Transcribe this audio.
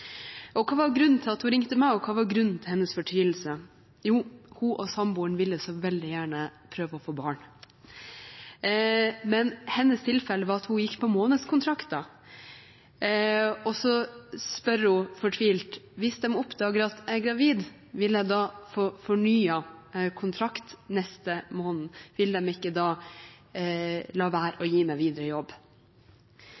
Hva var grunnen til at hun ringte meg, og hva var grunnen til hennes fortvilelse? Jo, hun og samboeren ville veldig gjerne prøve å få barn. Men hennes tilfelle var at hun gikk på månedskontrakter, og hun spør fortvilet: Hvis de oppdager at jeg er gravid, vil jeg da få fornyet kontrakt neste måned? Vil de ikke da la være å gi meg videre jobb?